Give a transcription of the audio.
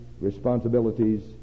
responsibilities